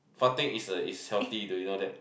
farting is a is healthy do you know that